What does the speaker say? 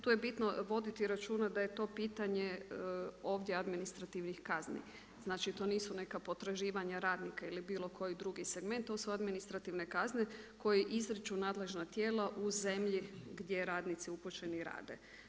Tu je bitno voditi računa da je to pitanje ovdje administrativnih kazni, znači to nisu neka potraživanja radnika ili bilo koji drugi segment, to su administrativne kazne koje izriču nadležna tijela u zemlju gdje radnici upućeni rade.